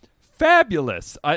Fabulous